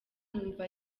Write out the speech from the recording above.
numva